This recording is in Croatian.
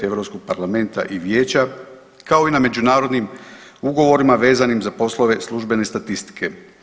Europskog parlamenta i vijeća kao i na međunarodnim ugovorima vezanim za poslove službene statistike.